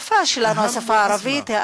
השפה שלנו, השפה הערבית, היא